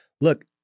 look